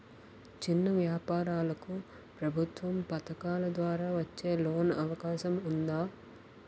చిన్న వ్యాపారాలకు ప్రభుత్వం పథకాల ద్వారా వచ్చే లోన్ అవకాశం ఉందా?